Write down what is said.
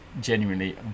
genuinely